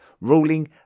ruling